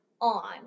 on